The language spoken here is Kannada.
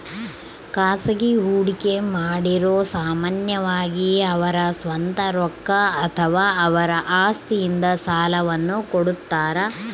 ಖಾಸಗಿ ಹೂಡಿಕೆಮಾಡಿರು ಸಾಮಾನ್ಯವಾಗಿ ಅವರ ಸ್ವಂತ ರೊಕ್ಕ ಅಥವಾ ಅವರ ಆಸ್ತಿಯಿಂದ ಸಾಲವನ್ನು ಕೊಡುತ್ತಾರ